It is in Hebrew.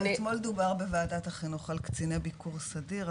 אתמול דובר בוועדת החינוך על קציני ביקור סדיר.